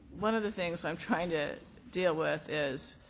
one of the things i'm trying to deal with is,